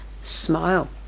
smile